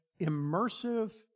immersive